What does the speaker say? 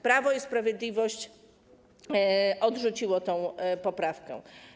Prawo i Sprawiedliwość odrzuciło tę poprawkę.